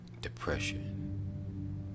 depression